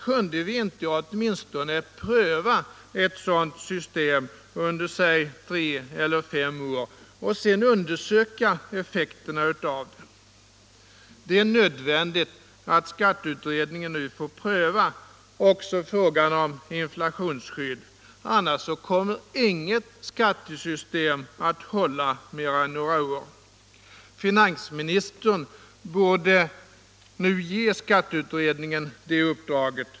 Kunde vi inte åtminstone pröva ett sådant system under säg tre till fem år och sedan undersöka effekterna? Det är nödvändigt att skatteutredningen nu får pröva också frågan om inflationsskydd — annars kommer inget skattesystem att hålla mera än några år. Finansministern borde nu ge skatteutredningen det uppdraget.